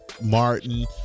Martin